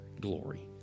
glory